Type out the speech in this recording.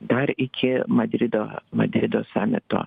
dar iki madrido madrido samito